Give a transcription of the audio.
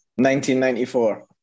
1994